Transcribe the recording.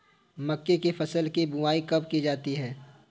मक्के की फसल की बुआई कब की जाती है?